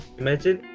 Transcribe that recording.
imagine